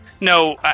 No